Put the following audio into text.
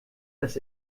das